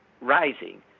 rising